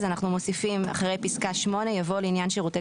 אנחנו מוסיפים: "אחרי פסקה (8) יבוא: "לעניין שירותי